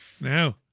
Now